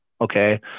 Okay